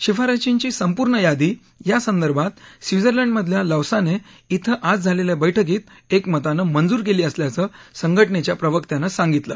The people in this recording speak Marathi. शिफारशींची संपूर्ण यादी यासंदर्भात स्वित्झर्लंडमधल्या लौसाने इथं आज झालेल्या बैठकीत एकमतानं मंजूर केली असल्याचं संघटनेच्या प्रवक्त्यानं सांगितलं